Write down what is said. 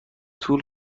طول